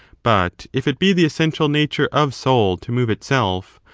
but, if it be the essential nature of soul to move itself,